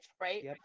right